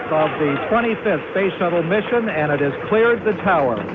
um the twenty fifth space shuttle mission, and it has cleared the tower